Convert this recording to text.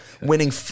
winning